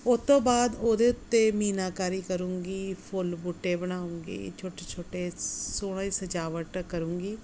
ਉਹ ਤੋਂ ਬਾਅਦ ਉਹਦੇ ਉੱਤੇ ਮੀਨਾਕਾਰੀ ਕਰੂੰਗੀ ਫੁੱਲ ਬੂਟੇ ਬਣਾਉਂਗੀ ਛੋਟੇ ਛੋਟੇ ਸੋਹਣੇ ਸਜਾਵਟ ਕਰੂੰਗੀ